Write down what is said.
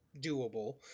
doable